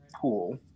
pool